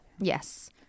Yes